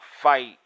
fight